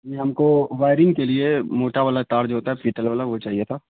جی ہم کو وائرنگ کے لیے موٹا والا تار جو ہوتا ہے فیٹر والا وہ چاہیے تھا